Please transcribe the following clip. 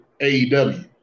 AEW